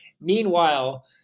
Meanwhile